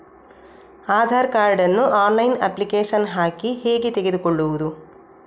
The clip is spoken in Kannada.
ಆಧಾರ್ ಕಾರ್ಡ್ ನ್ನು ಆನ್ಲೈನ್ ಅಪ್ಲಿಕೇಶನ್ ಹಾಕಿ ಹೇಗೆ ತೆಗೆದುಕೊಳ್ಳುವುದು?